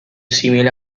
simile